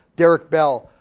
derrick bell,